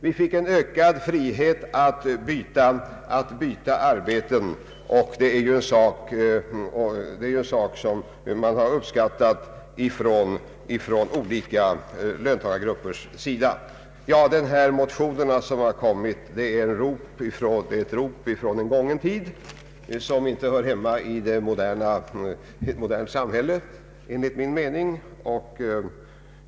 Vi fick ökad frihet att byta arbete, och det är något som man har uppskattat hos olika löntagargrupper. De motioner som har väckts är ett rop från en gången tid och hör inte hemma i ett modernt samhälle enligt min mening.